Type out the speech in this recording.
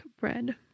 bread